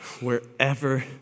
Wherever